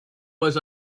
was